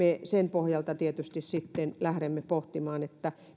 sen pohjalta tietysti sitten lähdemme pohtimaan